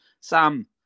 Sam